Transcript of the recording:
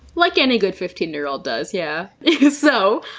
like any good fifteen year old does, yeah so,